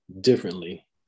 differently